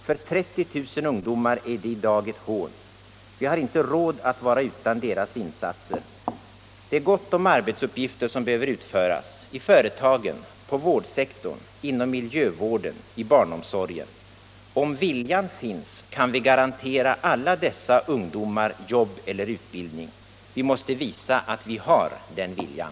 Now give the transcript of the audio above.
För 30 000 ungdomar är det i dag ett hån. Vi har inte råd att vara utan deras insatser. Det är gott om arbetsuppgifter som behöver utföras: i företagen, på vårdsektorn, inom miljövården, i barnomsorgen. Om viljan finns kan vi garantera alla dessa ungdomar jobb eller utbildning. Vi måste visa att vi har den viljan.